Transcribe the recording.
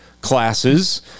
classes